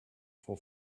for